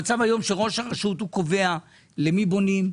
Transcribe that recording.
המצב היום הוא שראש הרשות קובע למי בונים,